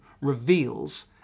reveals